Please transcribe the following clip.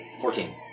Fourteen